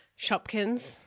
Shopkins